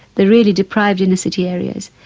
the really deprived inner-city areas